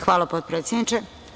Hvala, potpredsedniče.